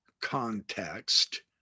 context